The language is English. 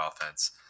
offense